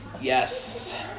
Yes